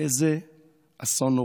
איזה אסון נורא,